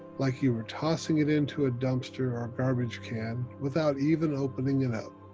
like you were tossing it into a dumpster or garbage can without even opening it up.